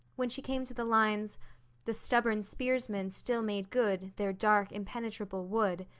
when she came to the lines the stubborn spearsmen still made good their dark impenetrable wood,